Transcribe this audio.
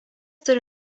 turi